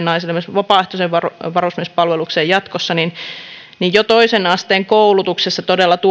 naisena vapaaehtoiseen varusmiespalvelukseen jatkossa ja jo toisen asteen koulutuksessa todella